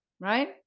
right